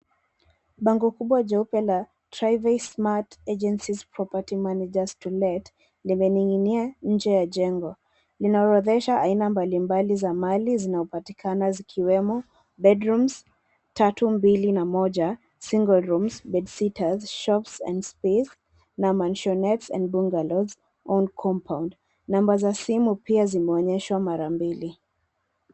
Bango kubwa jeupe la Tryvay Smat Agencies Property Managers To Let , limening'inia nje ya jengo. Linaorodhesha aina mbali mbali za mali zinaopatikana zikiwemo: bedrooms tatu, mbili na moja, single rooms, bed-sitters, shops and space na mansionettes and bungalows, own compound . Namba za simu pia zimeonyeshwa mara mbili.